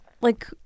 like-